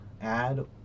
add